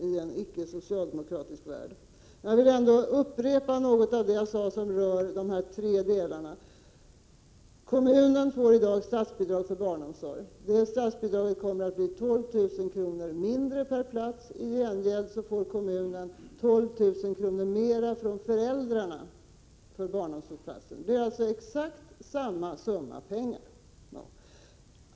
Jag vill något upprepa vad jag sade om dessa tre delar. Kommunen får i dag statsbidrag för barnomsorg. Detta statsbidrag kommer att bli 12 000 kr. mindre per plats. I gengäld får kommunen 12 000 kr. mer från föräldrarna för barnomsorgsplatsen. Det är alltså fråga om exakt samma summa pengar.